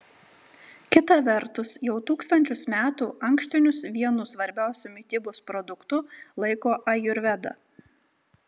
kita vertus jau tūkstančius metų ankštinius vienu svarbiausiu mitybos produktu laiko ajurveda